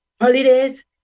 holidays